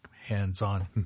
hands-on